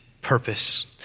purpose